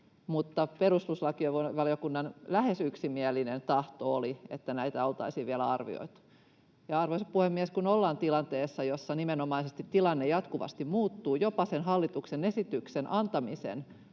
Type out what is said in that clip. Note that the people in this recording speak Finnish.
perustuslakivaliokunnan lähes yksimielinen tahto oli, että näitä oltaisiin vielä arvioitu. Arvoisa puhemies! Kun ollaan tilanteessa, jossa nimenomaisesti tilanne jatkuvasti muuttuu — jopa sen hallituksen esityksen antamisen